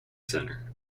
center